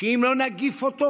שאם לא נגיף אותו